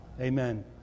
Amen